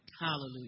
Hallelujah